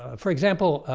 ah for example